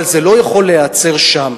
אבל זה לא יכול להיעצר שם.